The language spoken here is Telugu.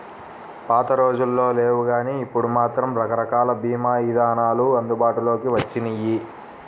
పాతరోజుల్లో లేవుగానీ ఇప్పుడు మాత్రం రకరకాల భీమా ఇదానాలు అందుబాటులోకి వచ్చినియ్యి